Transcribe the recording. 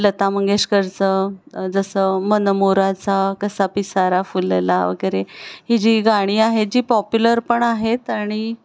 लता मंगेशकरचं जसं मन मोराचा कसा पिसारा फुलला वगैरे ही जी गाणी आहेत जी पॉप्युलर पण आहेत आणि